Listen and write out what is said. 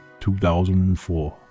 2004